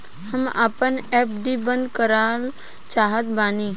हम आपन एफ.डी बंद करल चाहत बानी